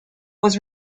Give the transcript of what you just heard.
was